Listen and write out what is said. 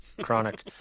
chronic